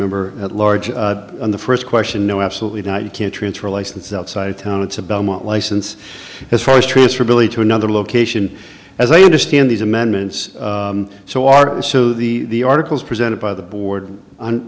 member at large on the first question no absolutely not you can't transfer license outside of town it's a belmont license as far as transfer ability to another location as i understand these amendments so are so the articles presented by the board